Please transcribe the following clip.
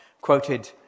quoted